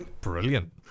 Brilliant